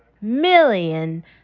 million